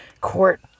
Court